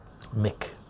Mick